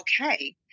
okay